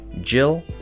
Jill